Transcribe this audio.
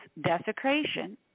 desecration